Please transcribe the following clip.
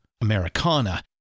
Americana